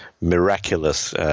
miraculous